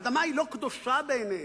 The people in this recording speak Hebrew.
האדמה היא לא קדושה בעיניהם,